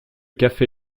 café